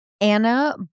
Anna